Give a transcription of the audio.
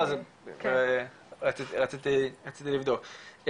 רציתי לבדוק,